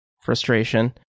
frustration